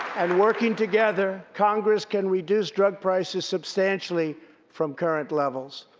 and working together, congress can reduce drug prices substantially from current levels.